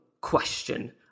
question